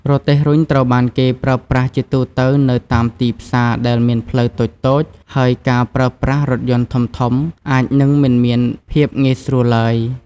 រទេះរុញត្រូវបានគេប្រើប្រាស់ជាទូទៅនៅតាមទីផ្សារដែលមានផ្លូវតូចៗ ហើយការប្រើប្រាស់រថយន្តធំៗអាចនឹងមិនមានភាពងាយស្រួលឡើយ។